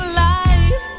life